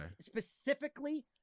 specifically